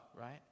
right